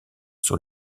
sur